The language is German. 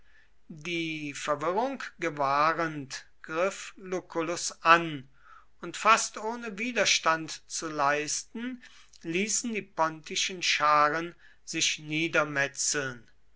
die verwirrung gewahrend griff lucullus an und fast ohne widerstand zu leisten ließen die pontischen scharen sich niedermetzeln